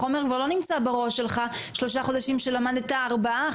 החומר כבר לא נמצא בראש שלך שלושה חודשים כשלמדת ארבעה,